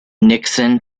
nixon